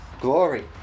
Glory